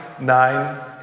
nine